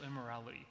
immorality